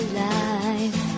life